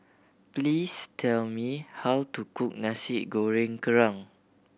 please tell me how to cook Nasi Goreng Kerang